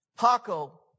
Paco